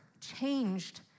changed